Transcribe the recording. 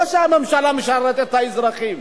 לא הממשלה משרתת את האזרחים.